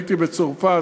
הייתי בצרפת,